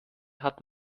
hat